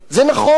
זה נכון,